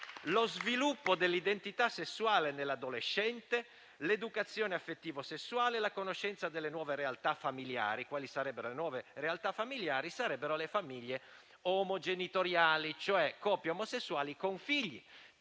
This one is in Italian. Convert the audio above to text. lo sviluppo dell'identità sessuale nell'adolescente, l'educazione affettivo-sessuale, la conoscenza delle nuove realtà familiari. Quali sarebbero le nuove realtà familiari? Sarebbero le famiglie omogenitoriali, cioè coppie omosessuali con figli,